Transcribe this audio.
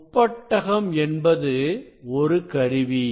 முப்பட்டகம் என்பது ஒரு கருவி